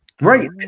Right